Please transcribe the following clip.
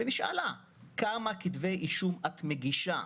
והיא נשאלה כמה כתבי אישום היא מגישה.